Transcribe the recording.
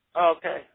Okay